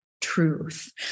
truth